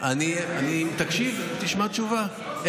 מה סטודנט מקבל לכיס?